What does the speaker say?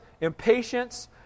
Impatience